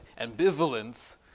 ambivalence